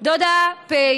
דודה פ'